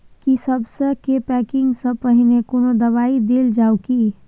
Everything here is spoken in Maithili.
की सबसे के पैकिंग स पहिने कोनो दबाई देल जाव की?